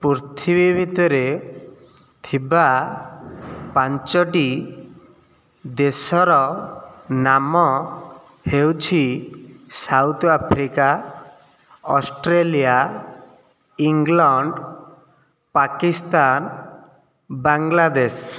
ପୃଥିବୀ ଭିତରେ ଥିବା ପାଞ୍ଚୋଟି ଦେଶର ନାମ ହେଉଛି South Africa Australia England Pakistan Bangladesh